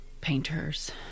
painters